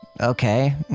Okay